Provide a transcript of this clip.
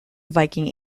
viking